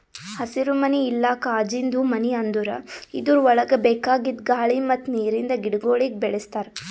ಹಸಿರುಮನಿ ಇಲ್ಲಾ ಕಾಜಿಂದು ಮನಿ ಅಂದುರ್ ಇದುರ್ ಒಳಗ್ ಬೇಕಾಗಿದ್ ಗಾಳಿ ಮತ್ತ್ ನೀರಿಂದ ಗಿಡಗೊಳಿಗ್ ಬೆಳಿಸ್ತಾರ್